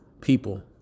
people